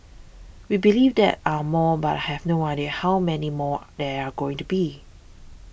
we believe there are more but have no idea how many more there are going to be